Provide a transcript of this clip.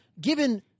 given